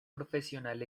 profesional